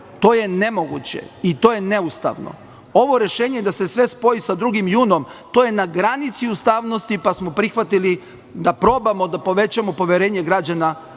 To je nemoguće i to je neustavno. Ovo rešenje da se sve spoji sa 2. junom, to je na granici ustavnosti, pa smo prihvatili da probamo da povećamo poverenje građana